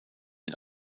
den